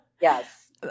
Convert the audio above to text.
Yes